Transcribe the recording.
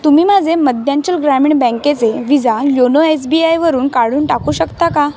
तुम्ही माझे मध्यांचल ग्रामीण बँकेचे विजा योनो एस बी आयवरून काढून टाकू शकता का